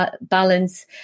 balance